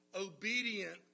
obedient